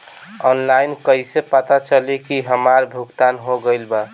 Online कईसे पता चली की हमार भुगतान हो गईल बा?